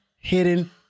hidden